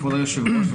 כבוד היושב-ראש,